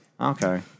Okay